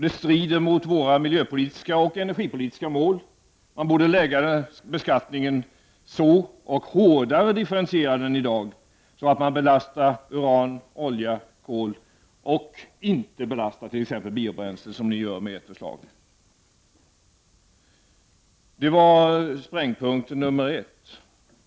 Det strider mot miljöpolitiska och energipolitiska mål. Beskattningen borde vara hårdare differentierad än i dag så att den belastar uran, olja och kol, men inte biobränsle, vilket den gör med ert förslag. Det var sprängpunkt nr 1.